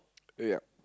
yup